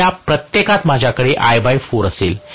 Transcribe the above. तर या प्रत्येकात माझ्याकडे I4 असेल